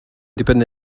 dibynnu